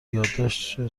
یادداشت